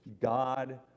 God